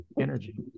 energy